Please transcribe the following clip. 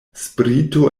sprito